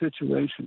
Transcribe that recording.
situation